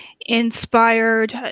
inspired